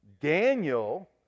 Daniel